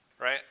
right